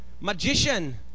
Magician